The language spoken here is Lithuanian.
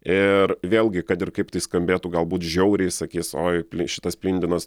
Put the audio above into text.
ir vėlgi kad ir kaip tai skambėtų galbūt žiauriai sakys oi pli šitas plindinas